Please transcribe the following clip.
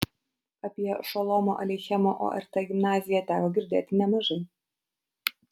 apie šolomo aleichemo ort gimnaziją teko girdėti nemažai